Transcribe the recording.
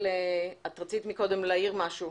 את רצית קודם להעיר משהו.